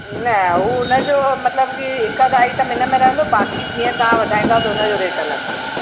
न हू हुनजो मतलबु कि हिकु अधु आइटम हिन में रहंदो बाक़ी जीअं तव्हां वधाईंदा त हुनजो रेट अलॻि हूंदो